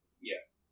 Yes